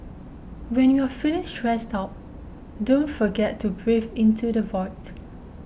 when you are feeling stressed out don't forget to breathe into the void